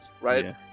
right